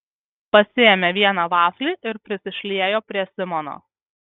pasiėmė vieną vaflį ir prisišliejo prie simono